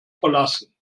verlassen